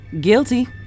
Guilty